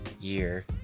year